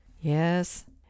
yes